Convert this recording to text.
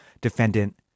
defendant